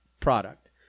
Product